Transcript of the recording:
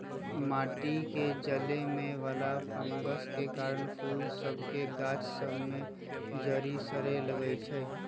माटि में जलमे वला फंगस के कारन फूल सभ के गाछ सभ में जरी सरे लगइ छै